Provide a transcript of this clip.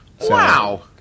Wow